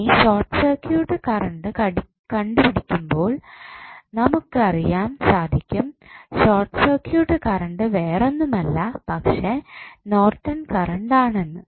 ഇനി short circuit current കണ്ടുപിടിക്കുമ്പോൾ നമുക്ക് അറിയാൻ സാധിക്കും ഷോർട്ട് സർക്യൂട്ട് കറണ്ട് വേറൊന്നുമല്ല പക്ഷേ നോർട്ടൻ കറണ്ട് ആണെന്ന്